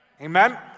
Amen